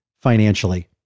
financially